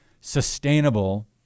sustainable